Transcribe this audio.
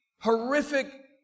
horrific